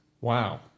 Wow